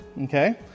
okay